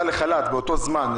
לחל"ת,